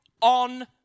on